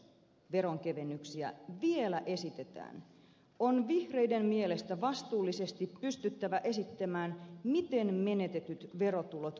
jos veronkevennyksiä vielä esitetään on vihreiden mielestä vastuullisesti pystyttävä esittämään miten menetetyt verotulot kompensoidaan